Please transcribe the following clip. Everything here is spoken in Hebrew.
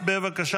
רם בן ברק,